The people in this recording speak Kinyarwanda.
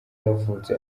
yavutse